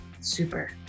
Super